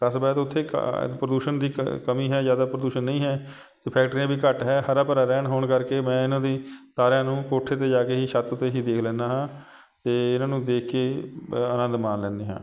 ਕਸਬਾ ਹੈ ਅਤੇ ਉੱਥੇ ਕ ਪ੍ਰਦੂਸ਼ਣ ਦੀ ਕ ਕਮੀ ਹੈ ਜ਼ਿਆਦਾ ਪ੍ਰਦੂਸ਼ਣ ਨਹੀਂ ਹੈ ਅਤੇ ਫੈਕਟਰੀਆਂ ਵੀ ਘੱਟ ਹੈ ਹਰਾ ਭਰਾ ਰਹਿਣ ਹੋਣ ਕਰਕੇ ਮੈਂ ਇਹਨਾਂ ਦੀ ਸਾਰਿਆਂ ਨੂੰ ਕੋਠੇ 'ਤੇ ਜਾ ਕੇ ਹੀ ਛੱਤ 'ਤੇ ਹੀ ਦੇਖ ਲੈਂਦਾ ਹਾਂ ਅਤੇ ਇਹਨਾਂ ਨੂੰ ਦੇਖ ਕੇ ਮ ਆਨੰਦ ਮਾਣ ਲੈਂਦੇ ਹਾਂ